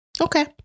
Okay